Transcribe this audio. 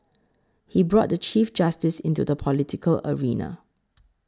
he brought the Chief Justice into the political arena